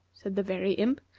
said the very imp,